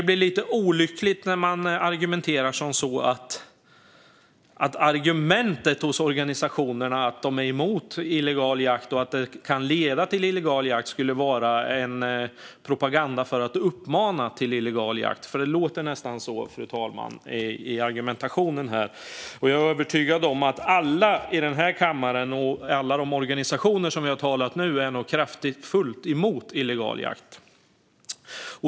Det blir lite olyckligt när man argumenterar så att organisationernas argument, att de är emot illegal jakt och att detta kan leda till illegal jakt, skulle vara propaganda som uppmanade till illegal jakt. Det låter nästan så, fru talman, i argumentationen här. Jag är övertygad om att alla i denna kammare och alla organisationer som vi nu har talat om är kraftigt emot illegal jakt.